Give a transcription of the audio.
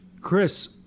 Chris